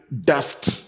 dust